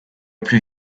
plus